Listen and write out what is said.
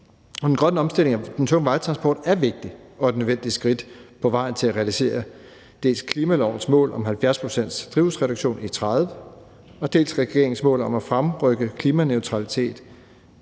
den grønne omstilling af den tunge vejtransport er et vigtigt og nødvendigt skridt på vejen til at realisere dels klimalovens mål om en 70-procentsreduktion af drivhusgasser i 2030, dels regeringens mål om at rykke målet om klimaneutralitet